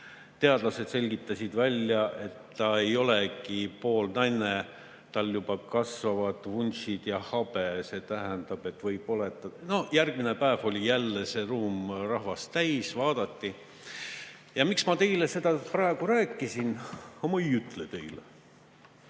teadlased selgitasid välja, et olend ei olegi poolnaine, tal juba kasvavad vuntsid ja habe. See tähendab, et võib oletada ... No järgmine päev oli jälle ruum rahvast täis, vaadati. Miks ma teile seda praegu rääkisin? Ma ei ütle teile.